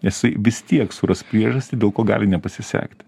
nes jisai vis tiek suras priežastį dėl ko gali nepasisekti